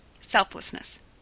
Selflessness